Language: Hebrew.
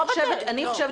אני חושבת